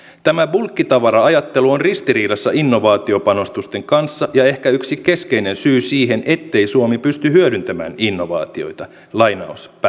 tämä bulkkitavara ajattelu on ristiriidassa innovaatiopanostusten kanssa ja ehkä yksi keskeinen syy siihen ettei suomi pysty hyödyntämään innovaatioita